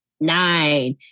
nine